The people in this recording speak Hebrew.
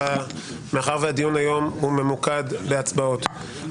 מאחר שהדיון היום הוא ממוקד בהצבעות,